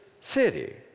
city